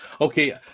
okay